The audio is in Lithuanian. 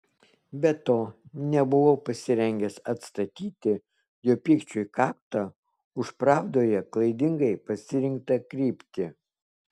be to nebuvau pasirengęs atstatyti jo pykčiui kaktą už pravdoje klaidingai pasirinktą kryptį